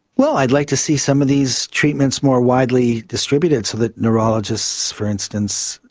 well, i'd like to see some of these treatments more widely distributed so that neurologists, for instance,